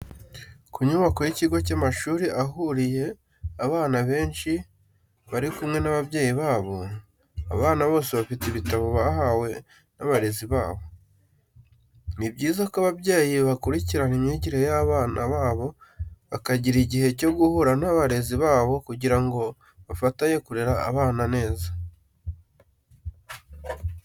Ku nyubako y'ikigo cy'amashuri ahuriye abana benshi bari kumwe n'ababyeyi babo, abana bose bafite ibitabo bahawe n'abarezi babo. Ni byiza ko ababyeyi bakurikirana imyigire y'abana babo bakagira igihe cyo guhura n'abarezi babo kugira ngo bafatanye kurera abana neza.